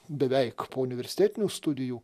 beveik po universitetinių studijų